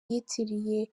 yitiriye